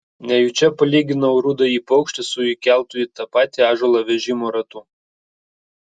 nejučia palyginau rudąjį paukštį su įkeltu į tą patį ąžuolą vežimo ratu